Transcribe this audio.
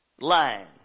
Lying